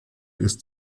ist